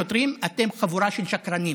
השוטרים: אתם חבורה של שקרנים.